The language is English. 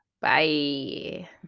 Bye